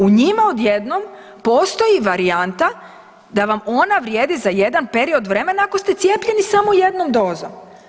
U njima odjednom postoji varijanta da vam ona vrijedi za jedna period vremena ako ste cijepljeni samo jednom dozom.